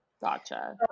Gotcha